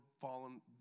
fallen